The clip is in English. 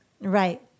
Right